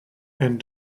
and